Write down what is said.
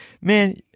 man